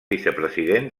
vicepresident